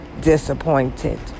disappointed